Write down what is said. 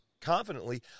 confidently